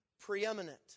preeminent